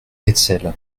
hetzel